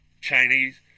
Chinese